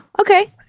okay